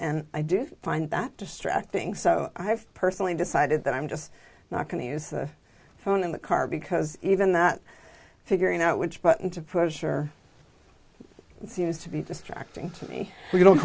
and i do find that distracting so i've personally decided that i'm just not going to use the phone in the car because even that figuring out which button to push or seems to be distracting me we don't